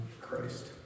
Christ